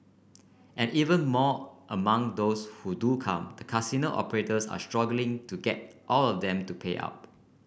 and even among those who do come the casino operators are struggling to get all of them to pay up